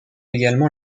également